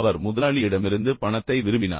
அவர் முதலாளியிடமிருந்து பணத்தை விரும்பினார்